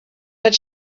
but